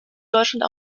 deutschland